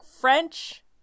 French